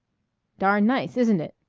darn nice, isn't it!